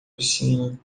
piscina